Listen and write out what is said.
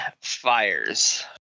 fires